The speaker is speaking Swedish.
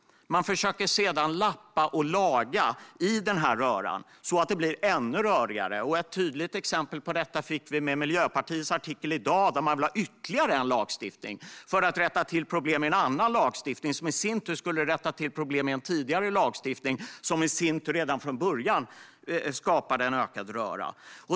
Man försöker sedan lappa och laga i denna röra, så att det blir ännu rörigare. Ett tydligt exempel på detta fick vi med Miljöpartiets artikel i dag, där man vill ha ytterligare en lagstiftning för att rätta till problem i en annan lagstiftning, som i sin tur skulle rätta till problem i en tidigare lagstiftning, som i sin tur redan från början skapade en ökad röra.